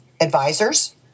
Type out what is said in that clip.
advisors